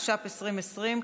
התש"ף 2020,